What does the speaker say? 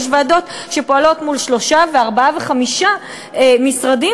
יש ועדות שפועלות מול שלושה וארבעה וחמישה משרדים,